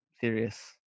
serious